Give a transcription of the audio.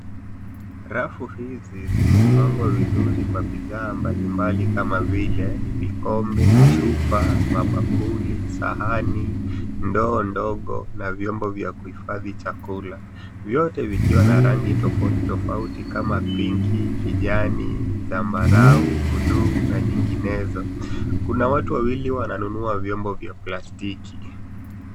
Rafu hizi zimepangwa vizuri kwa bidhaa mbalimbali kama vile vikombe, chupa, mabakuli, sahani, ndoo ndogo na vyombo vya kuhifadhi chakula. Vyote vikiwa na rangi tofauti tofauti kama pinki, kijani, zambarau, buluu na nyinginezo. Kuna watu wawili wananunua vyombo vya plastiki.